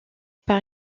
par